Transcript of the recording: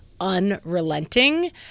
unrelenting